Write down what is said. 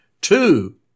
Two